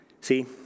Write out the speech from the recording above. See